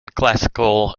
classical